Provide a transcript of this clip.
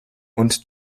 und